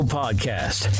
podcast